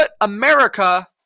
America